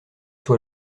soit